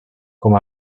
com